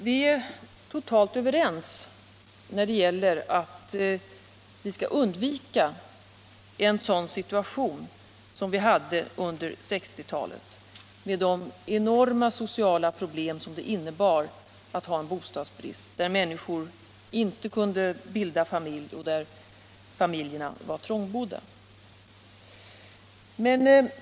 Vi är totalt överens om att en sådan situation som förelåg under 1960-talet skall undvikas, med de enorma sociala problem som följde av bostadsbristen, bl.a. att människor inte kunde bilda familj och att familjerna var trångbodda.